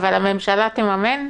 הממשלה תממן?